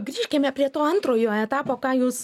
grįžkime prie to antrojo etapo ką jūs